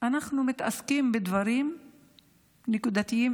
אנחנו מתעסקים בדברים נקודתיים,